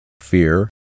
fear